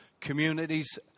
communities